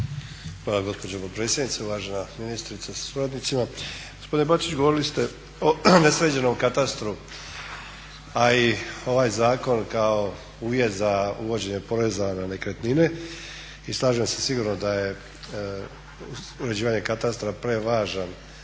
Hvala gospođo potpredsjednice, uvažena ministrice sa suradnicima. Gospodine Bačić, govorili ste o nesređenom katastru, a i ovaj zakon kao uvjet za uvođenje poreza na nekretnine i slažem se sigurno da je uređivanje katastra prevažna